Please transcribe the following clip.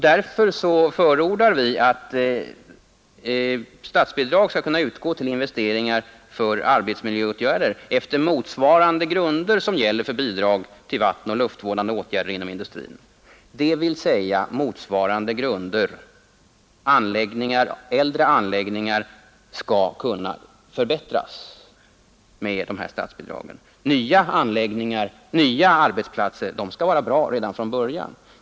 Därför förordar vi att statsbidrag skall kunna utgå till investeringar för arbetsmiljöåtgärder efter motsvarande grunder som gäller för bidrag till vattenoch luftvårdande åtgärder inom industrin. Innebörden av uttrycket ”efter motsvarande grunder” är att äldre anläggningar skall kunna förbättras med dessa statsbidrag, medan man utgår från att nya anläggningar och arbetsplatser skall vara bra redan från början.